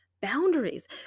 boundaries